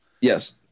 yes